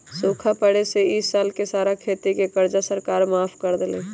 सूखा पड़े से ई साल के सारा खेती के कर्जा सरकार माफ कर देलई